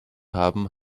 haben